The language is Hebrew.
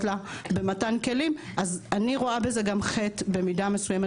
לה במתן כלים אני רואה בזה גם חטא שלנו במידה מסוימת.